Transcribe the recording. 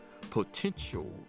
potential